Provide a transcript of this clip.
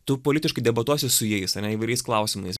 tu politiškai debiutuosi su jais ane įvairiais klausimais